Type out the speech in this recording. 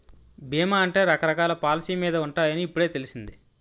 బీమా అంటే రకరకాల పాలసీ మీద ఉంటాయని ఇప్పుడే తెలిసింది